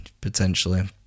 potentially